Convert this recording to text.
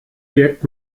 wirkt